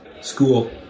School